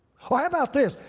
how how about this?